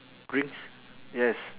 drinks yes